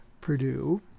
purdue